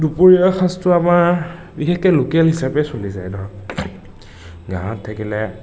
দুপৰীয়া সাঁজটো আমাৰ বিশেষকে লোকেল হিচাপে চলি যায় ধৰক গাঁৱত থাকিলে